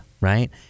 Right